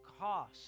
cost